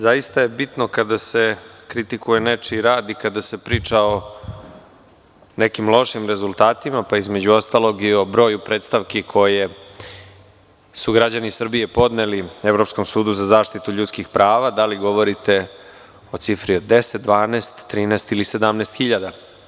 Zaista je bitno kada se kritikuje nečiji rad i kada se priča o nekim lošim rezultatima, pa između ostalog i o broju predstavki koje su građani Srbije podneli Evropskom sudu za zaštitu ljudskih prava, da li govorite o cifri od 10, 12, 13 ili 17 hiljada.